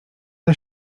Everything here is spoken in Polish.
dla